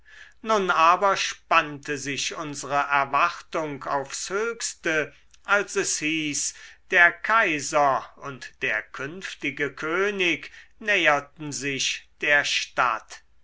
nun aber spannte sich unsere erwartung aufs höchste als es hieß der kaiser und der künftige könig näherten sich der stadt